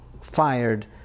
fired